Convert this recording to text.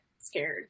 scared